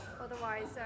otherwise